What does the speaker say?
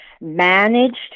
Managed